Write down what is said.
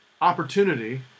opportunity